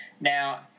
now